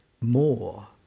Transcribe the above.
more